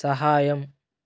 సహాయం